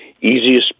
easiest